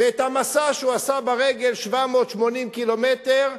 ואת המסע שהוא עשה ברגל, 780 קילומטר,